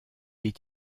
est